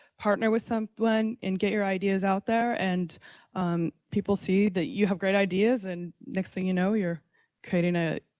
partner with someone and get your ideas out there and people see that you have great ideas and the next thing you know, you're creating ah